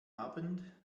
abend